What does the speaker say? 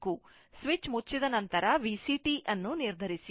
switch ಮುಚ್ಚಿದ ನಂತರ VCt ಅನ್ನು ನಿರ್ಧರಿಸಿ